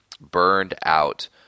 burned-out